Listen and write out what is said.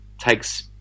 takes